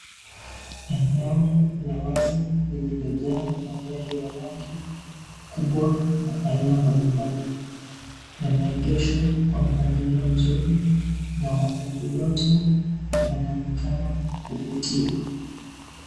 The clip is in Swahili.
Eneo la wazi lililojaa magari ya rangi, ukubwa na aina mbalimbali, yameegeshwa kwa mpangilio mzuri na magari yote yanaoneka kuvutia.